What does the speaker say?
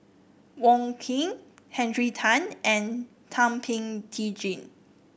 Wong Keen Henry Tan and Thum Ping Tjin